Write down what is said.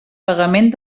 pagament